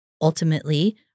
Ultimately